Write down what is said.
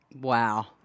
Wow